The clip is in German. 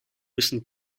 müssen